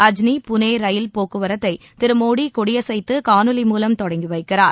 Ajni Pune rail போக்குவரத்தை திரு மோடி கொடியசைத்து காணொலி மூலம் தொடங்கி வைக்கிறார்